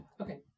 Okay